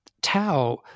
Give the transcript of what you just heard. tau